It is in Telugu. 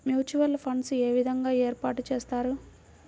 మ్యూచువల్ ఫండ్స్ ఏ విధంగా ఏర్పాటు చేస్తారు?